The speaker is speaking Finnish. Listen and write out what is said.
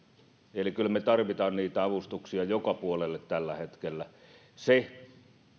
eli kyllä me tarvitsemme niitä avustuksia joka puolelle tällä hetkellä sitä